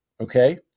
okay